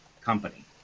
company